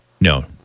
No